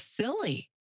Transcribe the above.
silly